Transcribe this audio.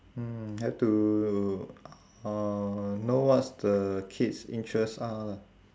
mm have to uh know what's the kid's interest are lah